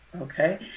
okay